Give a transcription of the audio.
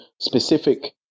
specific